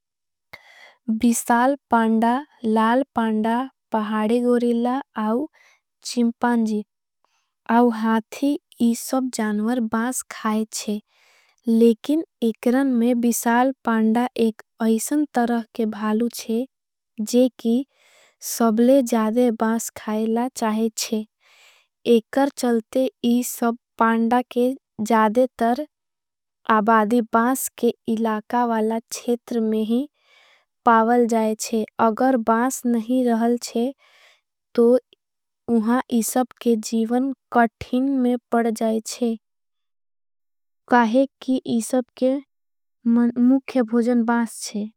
विसाल पांड़ा, लाल पांड़ा, पहाड़े गोरिला और चिम्पांजी अव हाथी यी सब जानवर बास खायेच्छे। लेकिन एकरन में विसाल पांड़ा एक ऐसन तरह के भालू छे। जे की सबले जादे बास खायेला चाहेच्छे एकर चलते यी सब पांड़ा के जादे तर आबादी बास के इलाका वाला छेतर में ही पावल जायेच्छे। अगर बास नहीं रहल छे तो उहां यी सब के जीवन कठिन में पढ़ जायेच्छे काहे की यी सब के मुख्य भूजन बास छे।